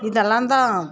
இதெல்லாம்தா